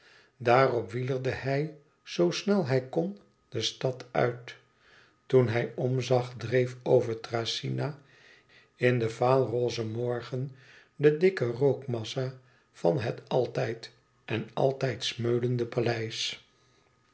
daarop wielerde hij zoo snel hij kon de stad uit toen hij omzag dreef over thracyna in den vaalrozen morgen de dikke rookmassa van het altijd en altijd smeulende paleis